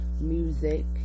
music